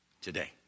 today